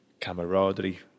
camaraderie